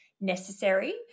necessary